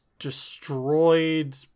destroyed